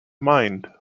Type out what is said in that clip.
mind